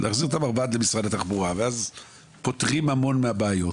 להחזיר את המרב"ד למשרד התחבורה ואז פותרים המון מהבעיות,